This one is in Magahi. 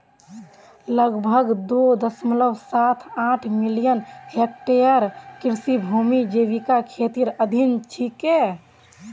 लगभग दो दश्मलव साथ आठ मिलियन हेक्टेयर कृषि भूमि जैविक खेतीर अधीन छेक